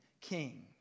king